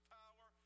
power